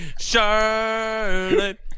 Charlotte